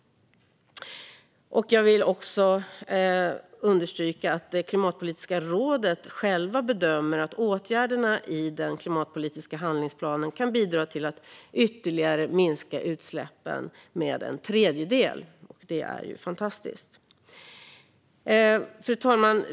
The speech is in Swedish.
Jag vill också understryka att Klimatpolitiska rådet själva bedömer att åtgärderna i den klimatpolitiska handlingsplanen kan bidra till att ytterligare minska utsläppen med en tredjedel. Det är fantastiskt! Fru talman!